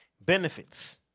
Benefits